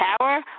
power